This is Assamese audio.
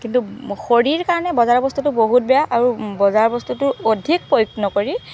কিন্তু শৰীৰ কাৰণে বজাৰৰ বস্তুটো বহুত বেয়া আৰু বজাৰৰ বস্তুটো অধিক প্ৰয়োগ নকৰি